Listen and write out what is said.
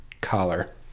collar